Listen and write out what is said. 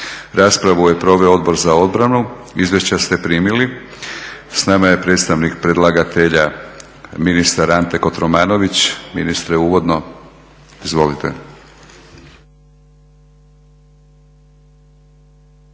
Raspravu je proveo Odbor za obranu. Izvješća ste primili. S nama je predstavnik predlagatelja, ministar Ante Kotromanović. Ministre uvodno? Izvolite.